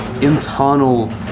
internal